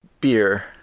Beer